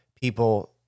people